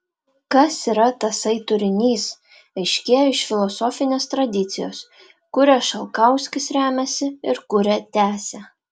kas yra tasai turinys aiškėja iš filosofinės tradicijos kuria šalkauskis remiasi ir kurią tęsia